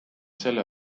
selle